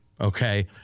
Okay